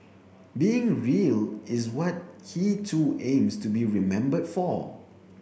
being real is what he too aims to be remembered for